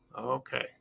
okay